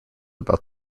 about